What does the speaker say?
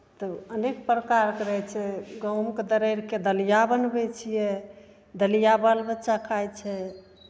तऽ अनेक प्रकारके रहै छै गहूँमके दरड़ि कऽ दलिया बनबै छियै दलिया बाल बच्चा खाइ छै